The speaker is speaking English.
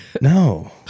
No